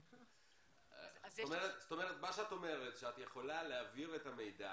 זאת אומרת, את אומרת שאת יכולה להעביר את המידע